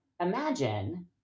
imagine